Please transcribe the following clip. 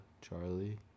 Charlie